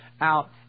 out